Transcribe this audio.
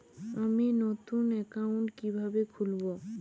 আমি নতুন অ্যাকাউন্ট কিভাবে খুলব?